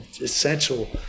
essential